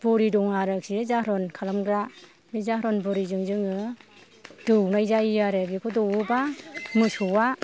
बरि दं आरोखि जाहारन खालामग्रा बे जाहारन बरिजों जोङो दौनाय जायो आरो बेखौ दौवोब्ला मोसौआ